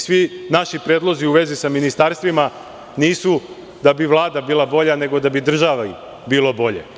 Svi naši predlozi u vezi sa ministarstvima nisu da bi Vlada bila bolja nego da bi u državi bilo bolje.